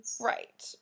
Right